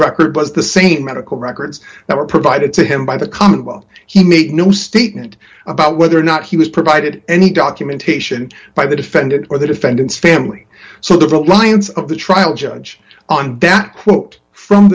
record was the same medical records that were provided to him by the commonwealth he made no statement about whether or not he was provided any documentation by the defendant or the defendant's family so there's a lines of the trial judge on that quote from